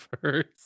first